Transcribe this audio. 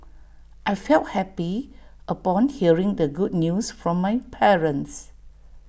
I felt happy upon hearing the good news from my parents